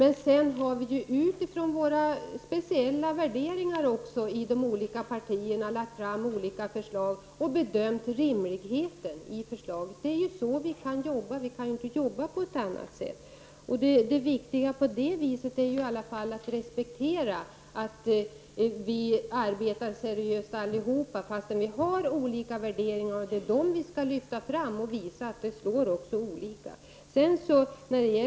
Vi har också utifrån våra speciella värderingar i de olika partierna lagt fram skilda förslag och bedömt rimligheten i de förslagen. Det är så vi kan arbeta. Vi kan inte arbeta på något annat sätt. Det viktiga är i alla fall att respektera att vi allihop arbetar seriöst, fastän vi har olika värderingar. Det är dem vi skall lyfta fram och visa att det står olika saker i våra förslag.